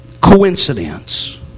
coincidence